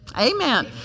Amen